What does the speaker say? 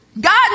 God